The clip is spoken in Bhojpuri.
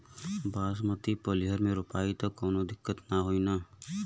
बासमती पलिहर में रोपाई त कवनो दिक्कत ना होई न?